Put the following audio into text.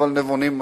אבל נבונים מספיק.